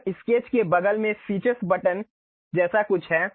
अब स्केच के बगल में फीचर्स बटन जैसा कुछ है